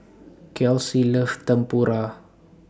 Kelsi loves Tempura